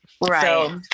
right